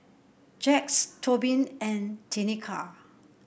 Jax Tobin and Tenika